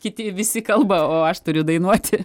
kiti visi kalba o aš turiu dainuoti